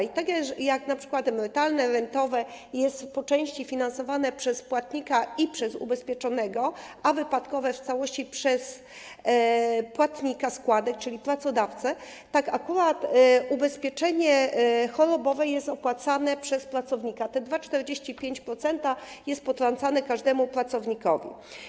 I tak jak np. emerytalne, rentowe są po części finansowane przez płatnika i przez ubezpieczonego, a wypadkowe w całości przez płatnika składek, czyli pracodawcę, tak akurat ubezpieczenie chorobowe jest opłacane przez pracownika, te 2,44% jest potrącane każdemu pracownikowi.